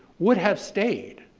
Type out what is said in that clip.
would have stayed.